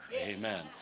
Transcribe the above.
amen